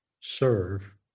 serve